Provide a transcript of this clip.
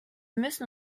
müssen